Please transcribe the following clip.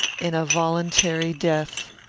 in a voluntary death.